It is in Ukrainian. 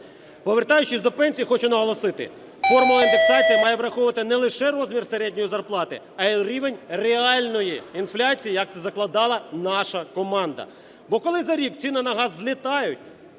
Повертаючись до пенсій, хочу наголосити – формула індексації має враховувати не лише розмір середньої зарплати, а і рівень реальної інфляції, як це закладала наша команда. Бо коли за рік ціни на газ злітають,